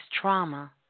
trauma